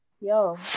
Yo